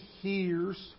hears